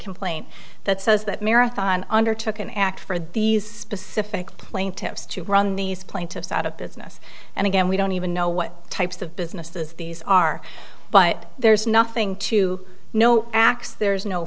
complaint that says that marathon undertook an act for these specific plaintiffs to run these plaintiffs out of business and again we don't even know what types of businesses these are but there's nothing to know x there's no